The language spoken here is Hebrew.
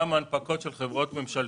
גם הנפקות של חברות ממשלתיות.